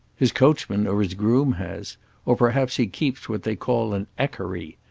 his coachman or his groom has or perhaps he keeps what they call an ekkery.